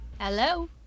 Hello